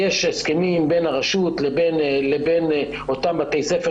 יש הסכמים בין הרשות לבין אותם בתי ספר